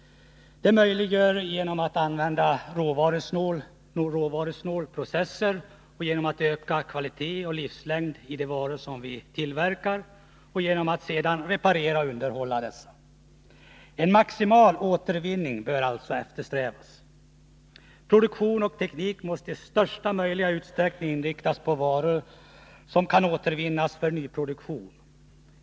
Det möjliggörs genom att man använder råvarusnåla processer, genom att man ökar kvalitet och livslängd i de varor som tillverkas och genom att man sedan reparerar och underhåller dem. Maximal återvinning bör alltså eftersträvas. Produktion och teknik måste i största möjliga utsträckning inriktas på varor som kan återvinnas för nyproduktion.